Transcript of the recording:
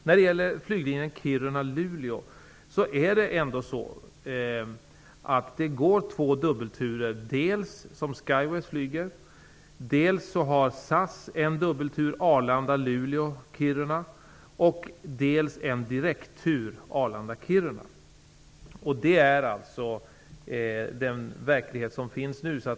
När det gäller flyglinjen Kiruna--Luleå går det två dubbelturer som Skyways flyger. Dessutom har SAS dels en dubbeltur Arlanda--Luleå--Kiruna, dels en direkttur Arlanda--Kiruna. Det är den verklighet som är nu.